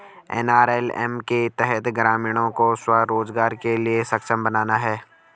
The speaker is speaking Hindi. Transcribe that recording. एन.आर.एल.एम के तहत ग्रामीणों को स्व रोजगार के लिए सक्षम बनाना है